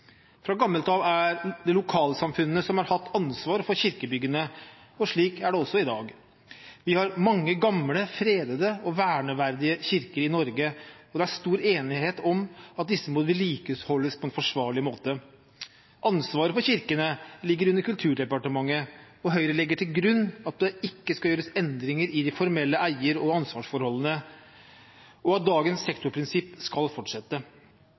Fra gammelt av er det lokalsamfunnene som har hatt ansvar for kirkebyggene, og slik er det også i dag. Vi har mange gamle fredede og verneverdige kirker i Norge, og det er stor enighet om at disse må vedlikeholdes på en forsvarlig måte. Ansvaret for kirkene ligger under Kulturdepartementet. Høyre legger til grunn at det ikke skal gjøres endringer i de formelle eier- og ansvarsforholdene, og at dagens sektorprinsipp skal fortsette.